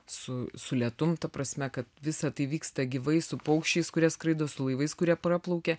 su su lietum ta prasme kad visa tai vyksta gyvai su paukščiais kurie skraido su laivais kurie praplaukia